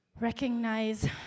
recognize